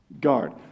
guard